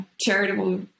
charitable